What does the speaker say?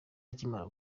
akimara